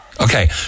Okay